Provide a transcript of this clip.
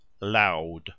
loud